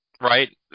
right